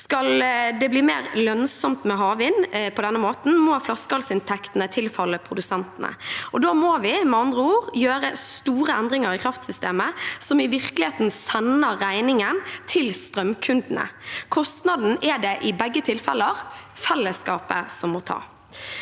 Skal det bli mer lønnsomt med havvind på denne måten, må flaskehalsinntektene tilfalle produsentene. Da må vi med andre ord gjøre store endringer i kraftsystemet, noe som i virkeligheten sender regningen til strømkundene. Kostnaden er det i begge tilfeller fellesskapet som må ta.